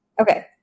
Okay